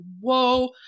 whoa